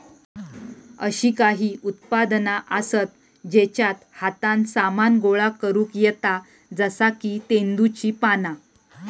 अशी काही उत्पादना आसत जेच्यात हातान सामान गोळा करुक येता जसा की तेंदुची पाना